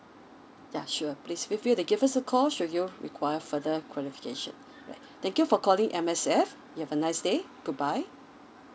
ya sure please feel feel to give us a call should you require further clarification right thank you for calling M_S_F you have a nice day goodbye